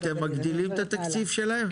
אתם מגדילים את התקציב שלהם?